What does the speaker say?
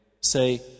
Say